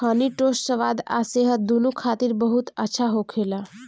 हनी toast स्वाद आ सेहत दूनो खातिर बहुत अच्छा होखेला